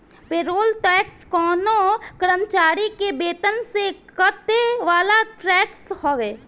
payroll tax कवनो कर्मचारी के वेतन से कटे वाला टैक्स हवे